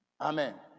Amen